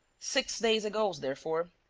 six days ago, therefore.